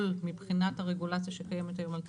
מבחינת הרגולציה שקיימת היום על תמרוקים.